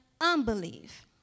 unbelief